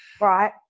right